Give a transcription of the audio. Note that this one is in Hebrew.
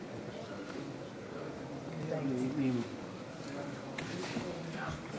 (חברי הכנסת מכבדים בקימה את צאת נשיא המדינה מאולם המליאה.) נא לשבת.